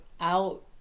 out